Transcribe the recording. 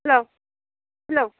हेल' hello